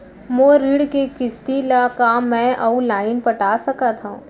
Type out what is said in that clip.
मोर ऋण के किसती ला का मैं अऊ लाइन पटा सकत हव?